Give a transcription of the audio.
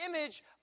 image